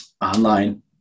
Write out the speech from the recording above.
online